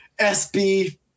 SB